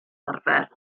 arfer